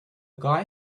guy